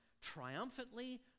triumphantly